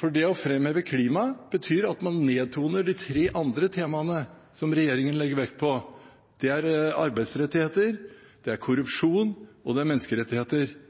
for det å framheve klima betyr at man nedtoner de tre andre temaene som regjeringen legger vekt på, og det er arbeidsrettigheter, det er